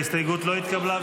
ההסתייגות לא התקבלה.